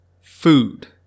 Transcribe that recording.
Food